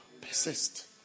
Persist